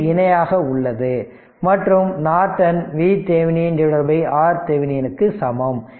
இது இணையாக உள்ளது மற்றும் நார்டன் VThevenin R Thevenin க்கு சமம்